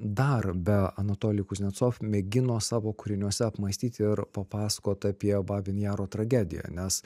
dar be anatolij kuznecov mėgino savo kūriniuose apmąstyti ir papasakot apie babyn jaro tragediją nes